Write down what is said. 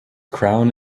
crown